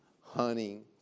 hunting